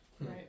Right